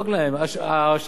שאר העובדים שאת מדברת עליהם,